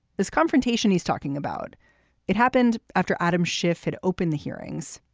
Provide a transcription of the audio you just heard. this confrontation he's talking about it happened after adam schiff had opened the hearings.